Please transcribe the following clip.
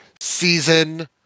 season